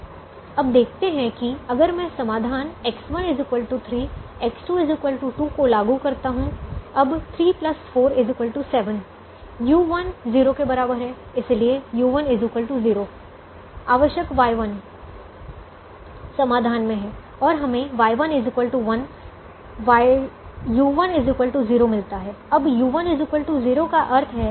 अब हम देखते हैं कि अगर मैं समाधान X1 3 X2 2 को लागू करता हूं अब 3 4 7 u1 0 के बराबर है इसलिए u1 0 आवश्यक Y1 समाधान में है और हमें Y1 1 u1 0 मिलता है अब u1 0 का क्या अर्थ है